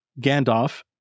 Gandalf